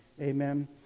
Amen